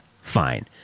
fine